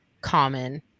common